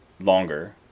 longer